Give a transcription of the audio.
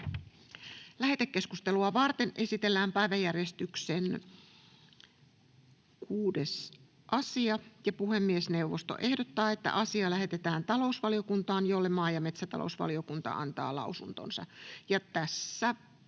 Lähetekeskustelua varten esitellään päiväjärjestyksen 6. asia. Puhemiesneuvosto ehdottaa, että asia lähetetään talousvaliokuntaan, jolle maa- ja metsätalousvaliokunta antaa lausuntonsa. Tässä